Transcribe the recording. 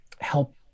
help